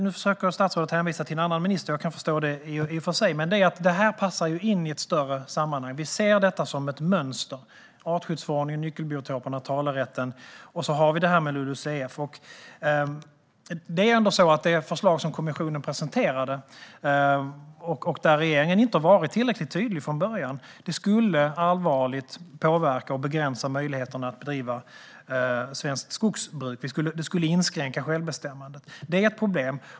Nu försöker statsrådet hänvisa till en annan minister, och jag kan i och för sig förstå det. Detta passar in i ett större sammanhang. Vi ser detta som ett mönster: artskyddsförordningen, nyckelbiotoperna och talerätten. Sedan har vi detta med LULUCF. Det är ändå så att det förslag som kommissionen presenterade, och där har regeringen inte varit tillräckligt tydlig från början, allvarligt skulle påverka och begränsa möjligheterna att bedriva svenskt skogsbruk. Det skulle inskränka självbestämmandet. Detta är ett problem.